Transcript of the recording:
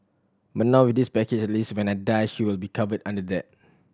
but now with this package at least when I die she will be covered under that